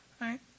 Right